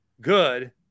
good